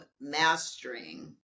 mastering